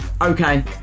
okay